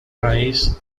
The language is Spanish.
raíz